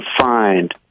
find